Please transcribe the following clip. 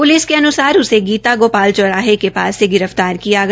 police के अनुसार उसे गीता गोपाल चौराहे के पास गिरफ्तार किया गया